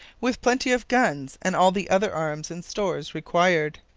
with plenty of guns and all the other arms and stores required.